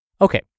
Okay